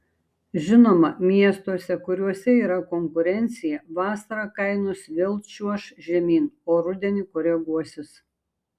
žinoma miestuose kuriuose yra konkurencija vasarą kainos vėl čiuoš žemyn o rudenį koreguosis